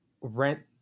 rent